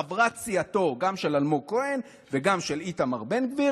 חברת סיעתו של אלמוג כהן וגם של איתמר בן גביר